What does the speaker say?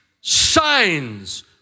signs